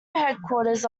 headquarters